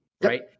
Right